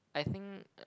I think